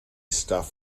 stuff